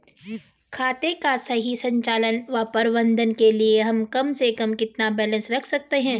खाते का सही संचालन व प्रबंधन के लिए हम कम से कम कितना बैलेंस रख सकते हैं?